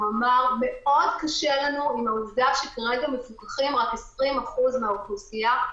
הוא אמר: מאוד קשה לנו עם העובדה שכרגע מפוקחים רק 20% מהאוכלוסייה.